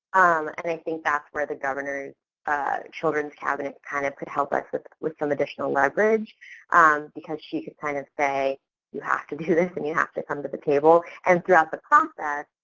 and i think that's where the governor's children's cabinet kind of could help us with with some additional leverage because she could kind of say you have to do this and you have to come to the table. and throughout the process,